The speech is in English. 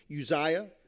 Uzziah